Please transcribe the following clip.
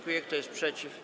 Kto jest przeciw?